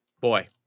boy